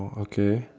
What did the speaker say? oh okay